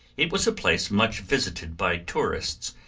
it was a place much visited by tourists,